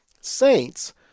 Saints